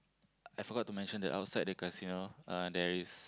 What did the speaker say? I forgot to mention the outside the casino uh there is